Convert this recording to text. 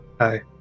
Hi